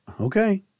okay